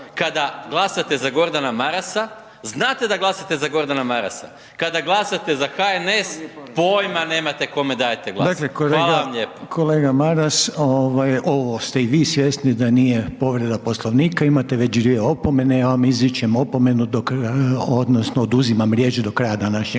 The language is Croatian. kada glasate za Gordana Marasa, znate da glasate za Gordana Marasa, kada za HNS, poima nemate kome dajete glas. Hvala vam lijepo. **Reiner, Željko (HDZ)** Dakle, kolega, kolega Maras ovaj ovo ste i vi svjesni da nije povreda Poslovnika, imate već dvije opomene ja vam izričem opomenu dok odnosno oduzimam riječ do kraja današnjeg